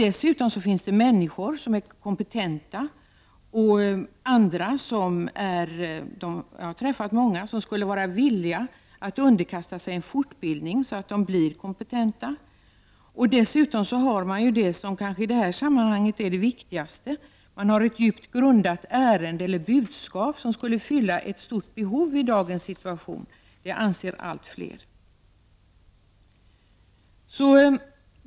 Dessutom finns det kompetenta människor och andra som är villiga att underkasta sig en fortbildning för att bli kompetenta. Dessutom har man det som i det här sammanhanget kanske är det viktigaste: ett djupt grundat budskap som skulle fylla ett stort behov i dagens situation, något som allt fler anser.